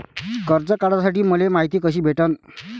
कर्ज काढासाठी मले मायती कशी भेटन?